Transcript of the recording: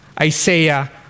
Isaiah